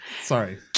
sorry